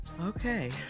okay